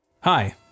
Hi